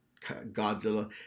Godzilla